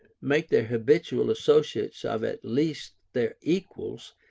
make their habitual associates of at least their equals,